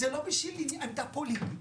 זה לא בשביל עמדה פוליטית.